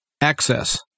access